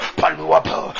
paluapa